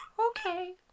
Okay